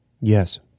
Yes